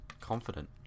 confident